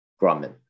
Grumman